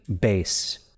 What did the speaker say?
base